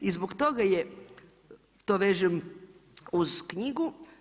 I zbog toga je, to vežem uz knjigu.